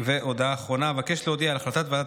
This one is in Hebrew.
והודעה אחרונה: אבקש להודיע על החלטת ועדת